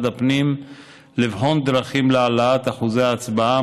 הפנים לבחון דרכים להעלאת אחוזי ההצבעה,